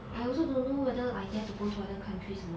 I also don't know whether I dare to go to other countries or not